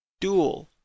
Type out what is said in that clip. Duel